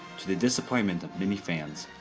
to the disappointment of many fans,